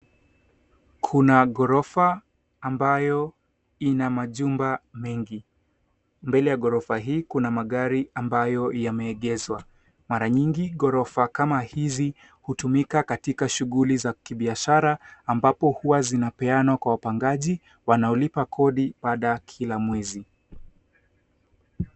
Kuna ghorofa ambayo ina majumba mengi. Mbele ya ghorofa hii kuna magari ambayo yameegezwa. Mara nyingi ghorofa kama hizi hutumika katika shughuli za kibisshara ambapo huwa zinapeanwa kwa wapangaji wanaolipa kodi baada ya kila mwezi.